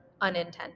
unintended